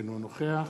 אינו נוכח